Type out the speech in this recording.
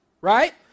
right